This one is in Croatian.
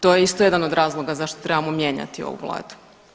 To je isto jedan od razloga zašto trebamo mijenjati ovu Vladu.